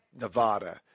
Nevada